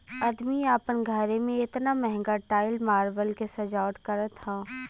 अदमी आपन घरे मे एतना महंगा टाइल मार्बल के सजावट करत हौ